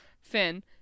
Finn